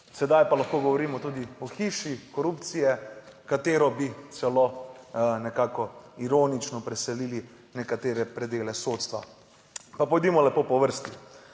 Sedaj pa lahko govorimo tudi o hiši korupcije, katero bi celo nekako ironično preselili nekatere predele sodstva. Pa pojdimo lepo po vrsti.